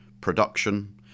production